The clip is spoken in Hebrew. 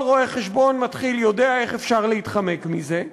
כל רואה-חשבון מתחיל יודע איך אפשר להתחמק מזה,